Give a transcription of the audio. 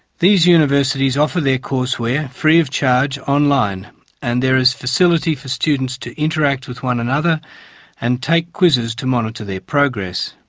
these universities offer their courseware free of charge online and there is facility for students to interact with one another and take quizzes to monitor their progress.